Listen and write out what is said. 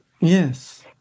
Yes